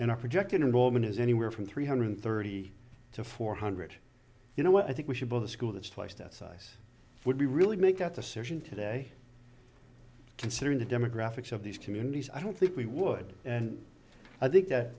our project involvement is anywhere from three hundred thirty to four hundred you know what i think we should be the school that's twice that size would be really make that decision today considering the demographics of these communities i don't think we would and i think that